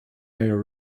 mayor